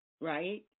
right